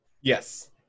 Yes